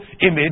image